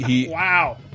Wow